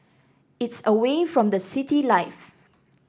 it's away from the city life